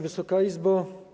Wysoka Izbo!